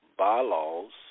Bylaws